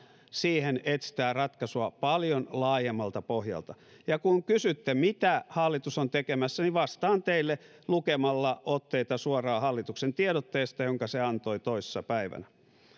siihen etsitään ratkaisua paljon laajemmalta pohjalta ja kun kysytte mitä hallitus on tekemässä niin vastaan teille lukemalla otteita suoraan hallituksen tiedotteesta jonka se antoi toissapäivänä